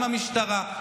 עם המשטרה,